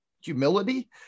humility